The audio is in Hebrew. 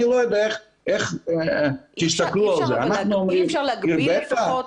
אני לא יודע איך תסתכלו על זה- -- אי אפשר להגביל לפחות?